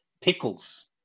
pickles